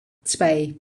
zwei